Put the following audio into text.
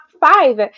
five